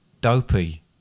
dopey